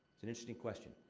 it's an interesting question.